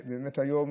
והיום,